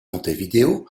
montevideo